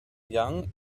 young